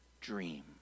dream